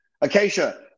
Acacia